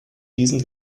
diesen